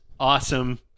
awesome